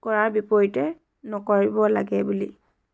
কৰাৰ বিপৰীতে নকৰিব লাগে বুলি